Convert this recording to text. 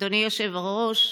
אדוני היושב-ראש,